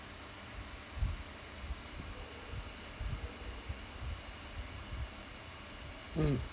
mm